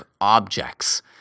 objects